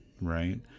right